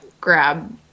grab